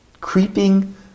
creeping